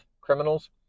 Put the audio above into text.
criminals